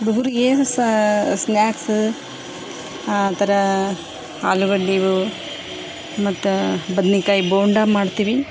ಹುಡುಗ್ರಿಗೆ ಏನು ಸಹ ಸ್ನ್ಯಾಕ್ಸ್ ಆ ಥರ ಆಲುಗಡ್ಡೆ ಮತ್ತು ಬದನೇಕಾಯಿ ಬೋಂಡ ಮಾಡ್ತೀವಿ